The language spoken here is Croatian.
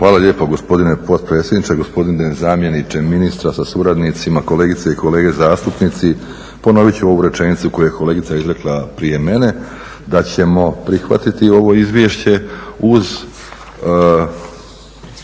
Hvala lijepo gospodine potpredsjedniče, gospodine zamjeniče ministra sa suradnicima, kolegice i kolege zastupnici. Ponoviti ću ovu rečenicu koju je kolegica izrekla prije mene da ćemo prihvatiti ovo izvješće uz